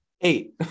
Eight